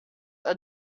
are